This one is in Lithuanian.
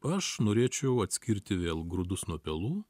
aš norėčiau atskirti vėl grūdus nuo pelų